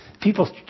people